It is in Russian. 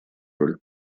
роль